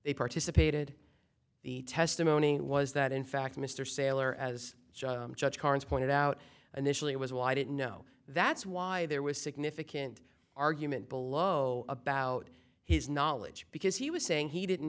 they participated the testimony in was that in fact mr saylor as judge barnes pointed out initially it was why didn't know that's why there was significant argument below about his knowledge because he was saying he didn't